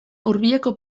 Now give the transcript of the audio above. hurbileko